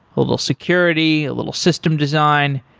a little security, a little system design.